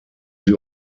sie